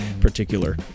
particular